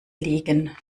liegen